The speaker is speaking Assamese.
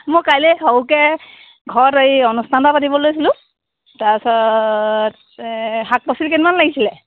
মই কাইলে সৰুকে ঘৰত এই অনুস্থান এটা পাতিব লৈছিলোঁ তাৰছত শাক পাচলি কেইডালমান লাগিছিলে